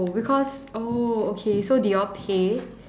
because oh okay so did you all pay